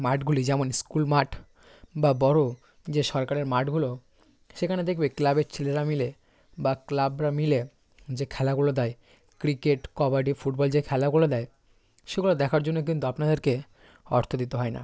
মাঠগুলি যেমন স্কুল মাঠ বা বড়ো যে সরকারের মাঠগুলো সেখানে দেখবে ক্লাবের ছেলেরা মিলে বা ক্লাবরা মিলে যে খেলাগুলো দেয় ক্রিকেট কবাডি ফুটবল যে খেলাগুলো দেয় সেগুলো দেখার জন্য কিন্তু আপনাদেরকে অর্থ দিতে হয় না